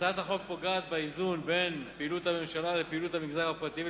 הצעת החוק פוגעת באיזון בין פעילות הממשלה לפעילות המגזר הפרטי,